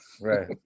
Right